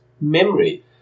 memory